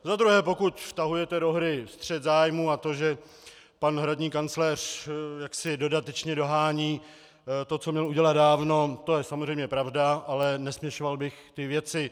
Za druhé, pokud vtahujete do hry střet zájmů a to, že pan hradní kancléř jaksi dodatečně dohání to, co měl udělat dávno, to je samozřejmě pravda, ale nesměšoval bych ty věci.